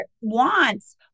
wants